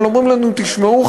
אבל אומרים לנו: תשמעו,